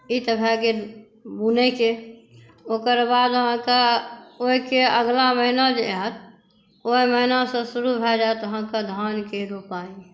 ई तऽ भए गेल बुनयके ओकर बाद अहाँकेॅं ओहिके अगला महिना जे एतै ओहि महिनासॅं शुरू भए जायत अहाँके धानके रोपाइ